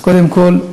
אז קודם כול,